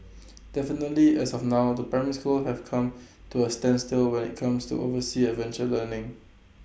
definitely as of now the primary schools have come to A standstill when IT comes to overseas adventure learning